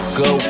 go